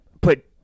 put